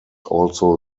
also